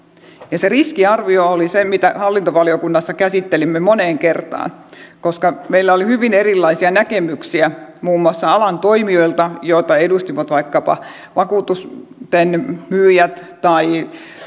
se riskiarvio oli se mitä hallintovaliokunnassa käsittelimme moneen kertaan koska meillä oli hyvin erilaisia näkemyksiä muun muassa alan toimijoilta joita edustivat vaikkapa vakuutusten myyjät tai